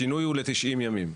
השינוי הוא ל-90 ימים.